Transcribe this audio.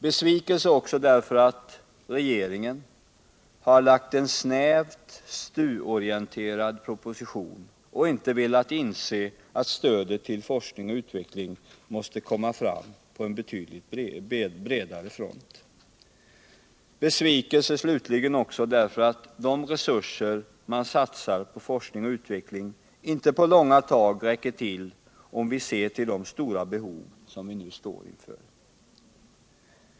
Besvikelse också därför att regeringen har framlagt en snävt STU orienterad proposition och inte velat inse att stödet till forskning och utveckling måste komma fram på en betydligt bredare front. Besvikelse, slutligen, också därför att de resurser man satsar på forskning och utveckling inte på långa tag räcker till, om vi ser till de stora behov och problem som vi nu står inför.